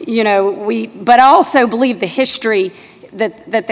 you know we but i also believe the history that th